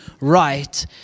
right